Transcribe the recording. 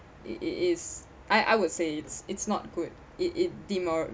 it it is I I would say it's it's not good it it demoralize